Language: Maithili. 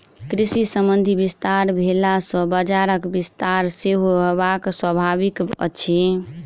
कृषि संबंधी विस्तार भेला सॅ बजारक विस्तार सेहो होयब स्वाभाविक अछि